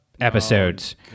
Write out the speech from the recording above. episodes